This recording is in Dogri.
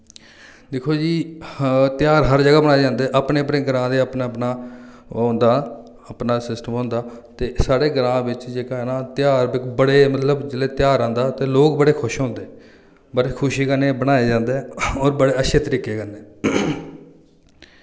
दिक्खो जी ध्यार हर जगह मनाये जन्दे अपने अपने ग्रां दे अपना अपना ओह् होंदा अपना सिस्टम होंदा ते साढ़े ग्रां बिच्च जेह्का है ना ध्यार बड़े मतलब जिल्लै ध्यार आंदा ते लोक बड़े खुश होंदे बड़ी खुशी कन्नै मनाये जन्दे और बड़े अच्छे तरीके कन्नै